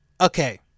okay